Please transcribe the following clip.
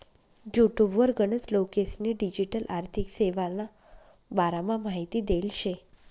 युटुबवर गनच लोकेस्नी डिजीटल आर्थिक सेवाना बारामा माहिती देल शे